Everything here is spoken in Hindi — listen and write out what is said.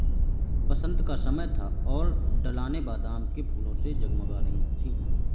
बसंत का समय था और ढलानें बादाम के फूलों से जगमगा रही थीं